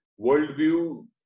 worldview